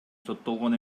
соттолгон